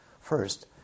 first